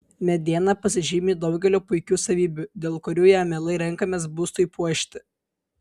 mediena pasižymi daugeliu puikių savybių dėl kurių ją mielai renkamės būstui puošti